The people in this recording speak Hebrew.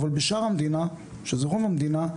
אבל בשאר המדינה שזה רוב המדינה,